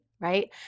right